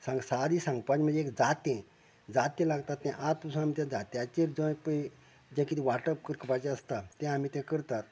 सांग सादे सांगपाचे म्हळ्यार एक दातें दातें लागता तें आज पसून आमी दात्याचेर जय पय जे कितें वाटप करपाचें आसता तें आमी तें करतात